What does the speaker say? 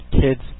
kids